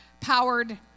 powered